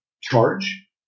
charge